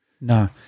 no